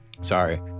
Sorry